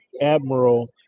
admiral